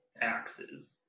axes